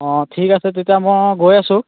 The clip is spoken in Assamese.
অঁ ঠিক আছে তেতিয়া মই গৈ আছো